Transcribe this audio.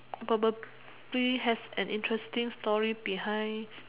probably has an interesting story behind